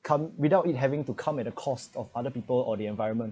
come without it having to come at a cost of other people or the environment